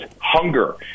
hunger